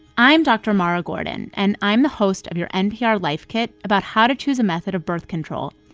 i'm dr. mara gordon, and i'm the host of your npr life kit about how to choose a method of birth control.